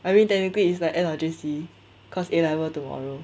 I mean technically it's like of end of J_C cause A level tomorrow